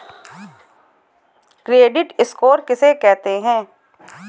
Credit score किसे कहते हैं?